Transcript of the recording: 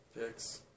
picks